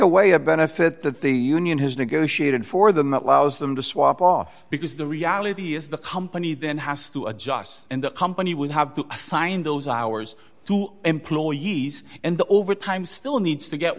away a benefit that the union has negotiated for them allows them to swap off because the reality is the company then has to adjust and the company would have to assign those hours to employees and the overtime still needs to get